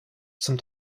zum